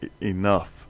enough